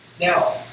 Now